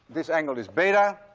this angle is beta.